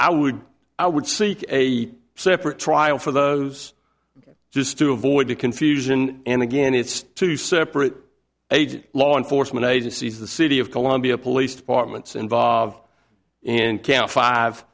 i would i would seek a separate trial for those just to avoid the confusion and again it's two separate agent law enforcement agencies the city of columbia police departments involved in count five